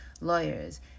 lawyers